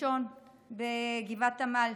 ראשון בגבעת עמל,